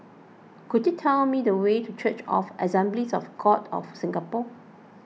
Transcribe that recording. could you tell me the way to Church of Assemblies of God of Singapore